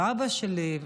ואבא שלי,